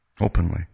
openly